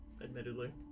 Admittedly